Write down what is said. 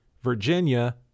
Virginia